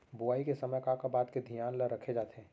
बुआई के समय का का बात के धियान ल रखे जाथे?